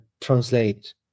translate